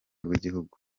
rw’igihugu